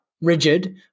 rigid